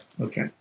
Okay